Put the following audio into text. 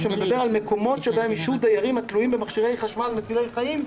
שמדבר על מקומות שבהם ישהו דיירים התלויים במכשירי חשמל מצילי חיים,